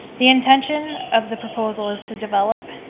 the intention of the proposal is to develop,